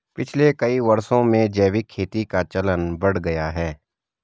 पिछले कई वर्षों में जैविक खेती का चलन बढ़ गया है